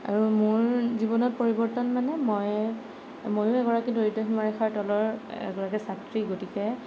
আৰু মোৰ জীৱনত পৰিৱৰ্তন মানে মই মইয়ো এগৰাকী দৰিদ্ৰ সীমাৰেখাৰ তলৰ এগৰাকী ছাত্ৰী গতিকে